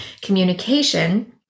communication